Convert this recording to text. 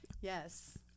yes